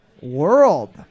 world